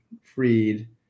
Freed